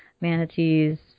manatees